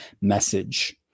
message